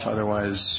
Otherwise